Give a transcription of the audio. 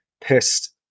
pissed